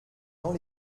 dans